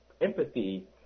empathy